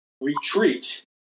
retreat